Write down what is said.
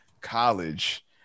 college